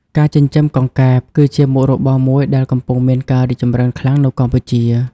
ការចិញ្ចឹមកង្កែប គឺជាមុខរបរមួយដែលកំពុងមានការរីកចម្រើនខ្លាំងនៅកម្ពុជា។